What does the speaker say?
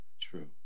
true